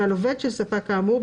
ועל עובד של ספק כאמור,